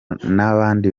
n’abandi